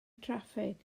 traffig